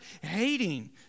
hating